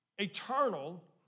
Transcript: eternal